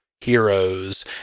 heroes